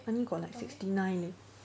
I only got like sixty nine leh